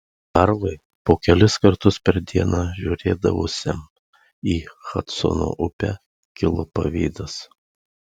karlui po kelis kartus per dieną žiūrėdavusiam į hadsono upę kilo pavydas